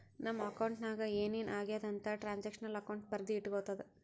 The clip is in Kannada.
ನಮ್ ಅಕೌಂಟ್ ನಾಗ್ ಏನ್ ಏನ್ ಆಗ್ಯಾದ ಅಂತ್ ಟ್ರಾನ್ಸ್ಅಕ್ಷನಲ್ ಅಕೌಂಟ್ ಬರ್ದಿ ಇಟ್ಗೋತುದ